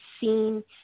seen